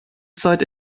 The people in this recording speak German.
zeit